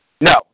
No